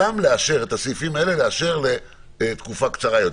את הסעיפים האלה לאשר לתקופה קצרה יותר,